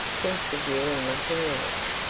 thinks of you and nothing else,